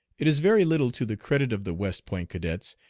it is very little to the credit of the west point cadets,